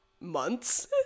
months